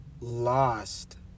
lost